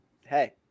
hey